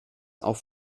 auf